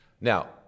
Now